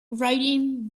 writing